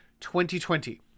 2020